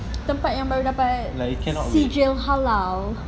tempat yang baru dapat sijil halal